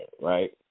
right